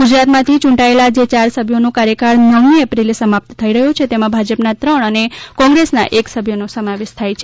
ગુજરાતમાથી ચૂંટાયેલા જે યાર સભ્યોનો કાર્યકાળ નવમી એપ્રિલે સમાપ્ત થઈ રહ્યો છે તેમાં ભાજપના ત્રણ અને કોંગ્રેના એક સભ્યનો સમાવેશ થાય છે